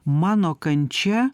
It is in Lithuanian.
mano kančia